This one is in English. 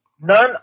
none